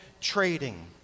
trading